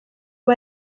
ubu